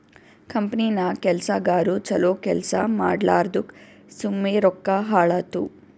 ಕಂಪನಿನಾಗ್ ಕೆಲ್ಸಗಾರು ಛಲೋ ಕೆಲ್ಸಾ ಮಾಡ್ಲಾರ್ದುಕ್ ಸುಮ್ಮೆ ರೊಕ್ಕಾ ಹಾಳಾತ್ತುವ್